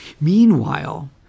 Meanwhile